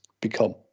become